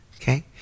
Okay